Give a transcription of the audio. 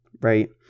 right